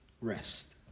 rest